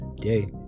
day